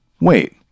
Wait